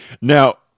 Now